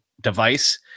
device